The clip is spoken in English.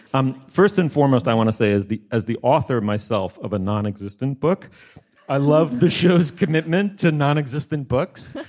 um first and foremost i want to say as the as the author myself of a non-existent book i love the show's commitment to nonexistent books.